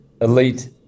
elite